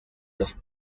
los